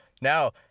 now